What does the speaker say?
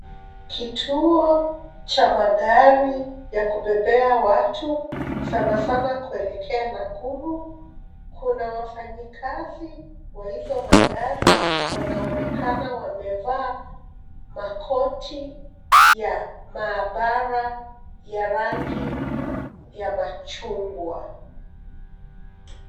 Kituo cha magari ya kubebea watu sanasana kuelekea Nakuru. Kuna wafanyikazi wa hizo magari wanaonekana wamevaa makoti ya maabara ya rangi ya machungwa.